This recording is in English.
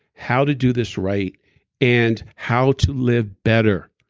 how to do this right and how to live better,